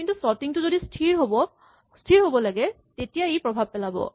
কিন্তু চৰ্টিং টো যদি স্হিৰ হ'ব লাগে তেতিয়া ই প্ৰভাৱ পেলাব